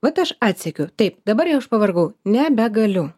vat aš atsekiau taip dabar jau aš pavargau nebegaliu